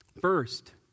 First